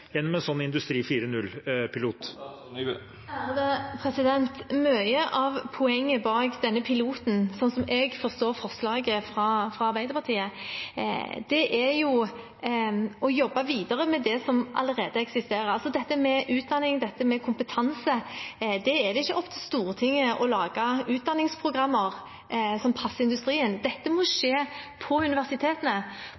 en sånn industri 4.0-pilot? Mye av poenget med denne piloten, sånn som jeg forstår forslaget fra Arbeiderpartiet, er å jobbe videre med det som allerede eksisterer. Når det gjelder utdanning og kompetanse, er det ikke opp til Stortinget å lage utdanningsprogrammer som passer industrien – det må skje på universitetene og på høyskolene. Dette må